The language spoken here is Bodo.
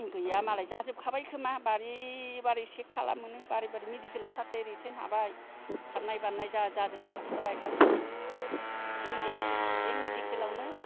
गैया मालाय जाजोबखाबाय खोमा बारि बारि सेक खालामोनो बारि बारि मेदिकेल लथारसै रिथेन हाबाय खारनाय बारनाय जाजोबखाथारबाय खालि मेदिकेल लसै बे मेदिकेलावनो